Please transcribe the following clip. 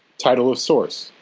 title of source,